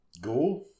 go